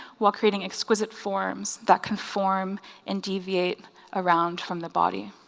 while creating exquisite forms that conform and deviate around from the body.